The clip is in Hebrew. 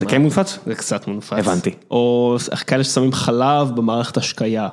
זה כן מונפץ? זה קצת מונופץ. הבנתי. או כאלה ששמים חלב במערכת השקייה.